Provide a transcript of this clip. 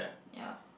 ya